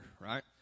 right